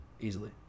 Easily